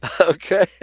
Okay